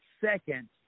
second